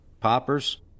Poppers